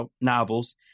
novels